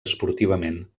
esportivament